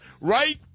right